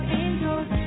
angels